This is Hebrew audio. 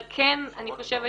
אבל כן אני חושבת